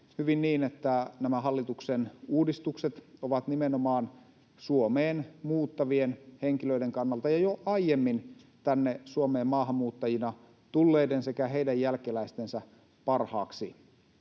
hyvin niin, että nämä hallituksen uudistukset ovat nimenomaan Suomeen muuttavien henkilöiden ja jo aiemmin tänne Suomeen maahanmuuttajina tulleiden sekä heidän jälkeläistensä parhaaksi.